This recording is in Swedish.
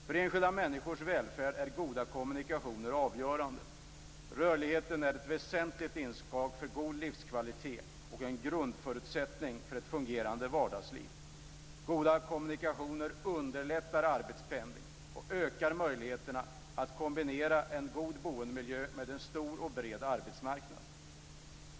För enskilda människors välfärd är goda kommunikationer avgörande. Rörligheten är ett väsentligt inslag för god livskvalitet och en grundförutsättning för ett fungerande vardagsliv. Goda kommunikationer underlättar arbetspendling och ökar möjligheterna att kombinera en god boendemiljö med en stor och bred arbetsmarknad.